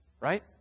right